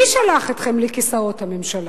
מי שלח אתכם לכיסאות הממשלה?